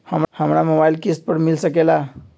हमरा मोबाइल किस्त पर मिल सकेला?